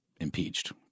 impeached